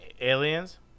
aliens